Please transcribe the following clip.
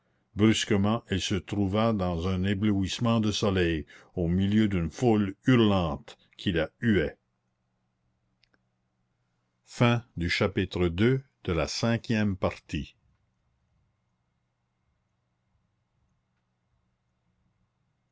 brusquement elle se trouva dans un éblouissement de soleil au milieu d'une foule hurlante qui la huait iii